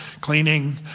cleaning